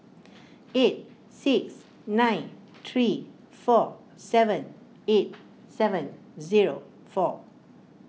eight six nine three four seven eight seven zero four